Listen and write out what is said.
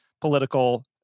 political